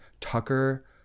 tucker